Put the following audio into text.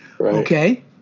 Okay